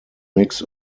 mix